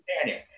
Daniel